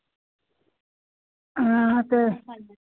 आं ते